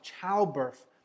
childbirth